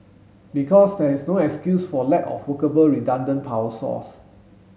because there is no excuse for lack of workable redundant power source